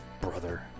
brother